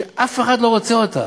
שאף אחד לא רוצה אותה.